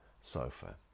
sofa